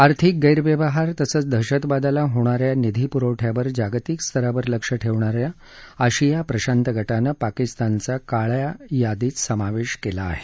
आर्थिक गैरव्यवहार तसंच दहशतवादाला होणा या निधी पुरवठयावर जागतिक स्तरावर लक्ष ठेवणा या आशिया प्रशांत गटानं पाकिस्तानचा काळ्या यादीत समावेश केला आहे